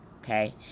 Okay